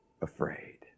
afraid